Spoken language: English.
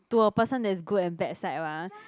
to a person there's good and bad side mah